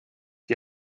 die